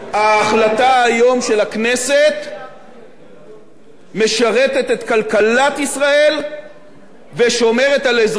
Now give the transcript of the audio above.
ההחלטה של הכנסת היום משרתת את כלכלת ישראל ושומרת על אזרחי ישראל.